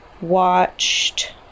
watched